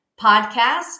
podcast